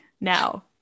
now